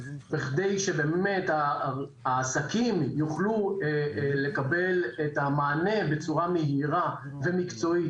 בכדי שבאמת העסקים יוכלו לקבל את המענה בצורה מהירה ומקצועית.